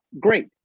Great